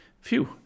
phew